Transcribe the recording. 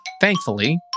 Thankfully